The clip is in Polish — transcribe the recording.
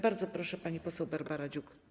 Bardzo proszę, pani poseł Barbara Dziuk.